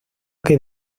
que